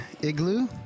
igloo